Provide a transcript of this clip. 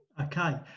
Okay